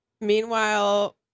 Meanwhile